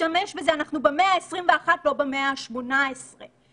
אנחנו בהחלט רוצים